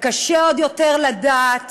קשה עוד יותר לדעת